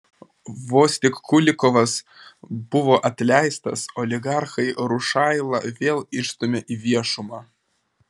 vos tik kulikovas buvo atleistas oligarchai rušailą vėl išstūmė į viešumą